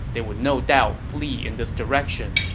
they would no doubt flee in this direction,